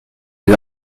les